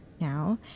now